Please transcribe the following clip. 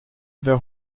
wer